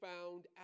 found